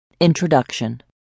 Introduction